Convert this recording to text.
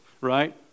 Right